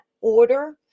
order